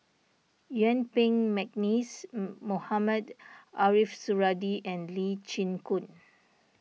Yuen Peng McNeice Mohamed Ariff Suradi and Lee Chin Koon